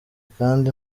kandi